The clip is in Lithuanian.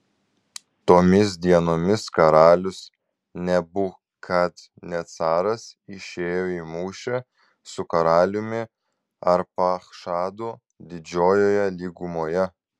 tomis dienomis karalius nebukadnecaras išėjo į mūšį su karaliumi arpachšadu didžiojoje lygumoje